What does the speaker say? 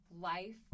life